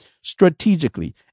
strategically